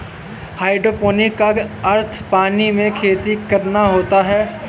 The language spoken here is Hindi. हायड्रोपोनिक का अर्थ पानी में खेती करना होता है